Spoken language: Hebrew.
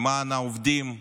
למען העובדים,